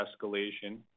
escalation